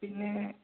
പിന്നേ